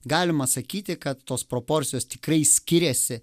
galima sakyti kad tos proporcijos tikrai skiriasi